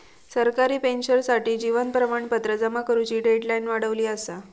सरकारी पेंशनर्ससाठी जीवन प्रमाणपत्र जमा करुची डेडलाईन वाढवली असा